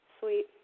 sweet